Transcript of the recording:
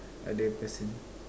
other person